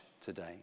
today